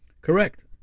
Correct